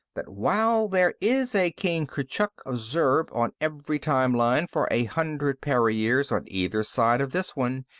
that while there is a king kurchuk of zurb on every time-line for a hundred para-years on either side of this one,